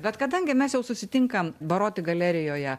bet kadangi mes jau susitinkam baroti galerijoje